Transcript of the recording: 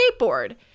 skateboard